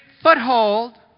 foothold